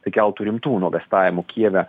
tai keltų rimtų nuogąstavimų kijeve